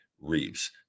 Reeves